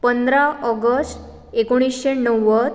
पंदरा ऑगस्ट एकोणीशें णव्वद